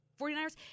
49ers